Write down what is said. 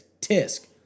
tisk